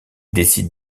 décide